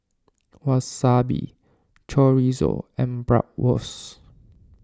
Wasabi Chorizo and Bratwurst